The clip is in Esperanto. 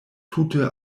tute